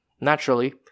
Naturally